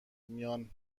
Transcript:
میان